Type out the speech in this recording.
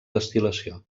destil·lació